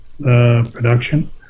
production